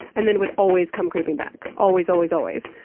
and then would always come creeping back, always, always, always.